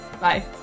Bye